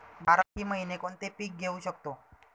बाराही महिने कोणते पीक घेवू शकतो?